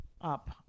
up